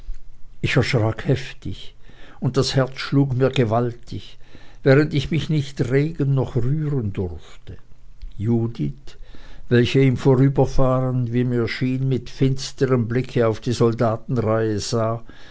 ich erschrak heftig und das herz schlug mir gewaltig während ich mich nicht regen noch rühren durfte judith welche im vorüberfahren wie mir schien mit finsterm blicke auf die soldatenreihe sah